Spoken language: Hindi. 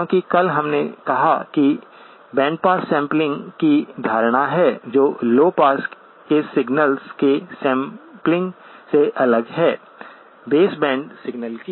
क्योंकि कल हमने कहा कि बैंडपाससैंपलिंग की धारणा है जो लौ पास के सिग्नल्स के सैंपलिंग से अलग है बेस बैंड सिग्नल की